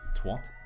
Twat